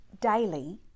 daily